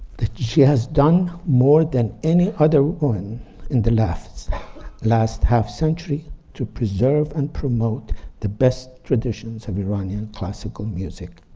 that she has done more than any other one in the left last half-century to preserve and promote the best traditions of iranian classical music.